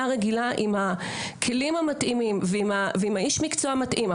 רגילה עם הכלים המתאימים ועם האיש מקצוע המתאים,